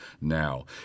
now